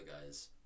guys